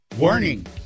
Warning